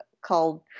called